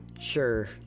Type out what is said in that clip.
Sure